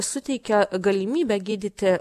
suteikia galimybę gydyti